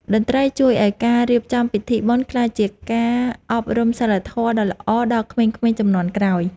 តន្ត្រីជួយឱ្យការរៀបចំពិធីបុណ្យ ក្លាយជាការអប់រំសីលធម៌ដ៏ល្អដល់ក្មេងៗជំនាន់ក្រោយ។